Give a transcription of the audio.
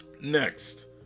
Next